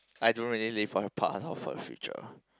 I don't really live for her part of her future